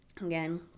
again